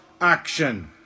action